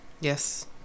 Yes